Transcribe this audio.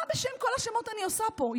מה בשם כל השמות אני עושה פה.